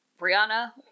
Brianna